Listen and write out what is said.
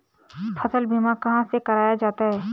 फसल बीमा कहाँ से कराया जाता है?